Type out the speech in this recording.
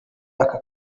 aka